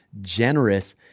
generous